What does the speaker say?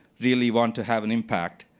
really want to have an impact,